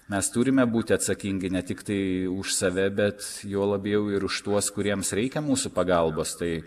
mes turime būti atsakingi ne tiktai už save bet juo labiau ir už tuos kuriems reikia mūsų pagalbos tai